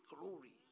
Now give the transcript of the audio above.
glory